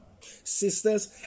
Sisters